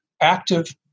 active